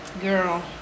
girl